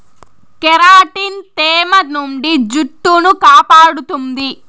keratin తేమ నుండి జుట్టును కాపాడుతుంది